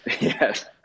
yes